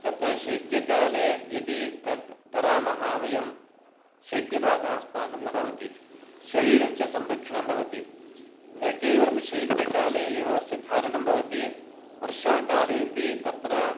तत्र शैत्यकाले यदि तत् धरामः वयं शैत्यबाधा अस्माकं न भवति शरीरस्य संरक्षणं भवति न केवलं शैत्यकाले एव अस्य धारणं भवति वर्षाकालेपि तत्र